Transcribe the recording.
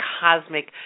cosmic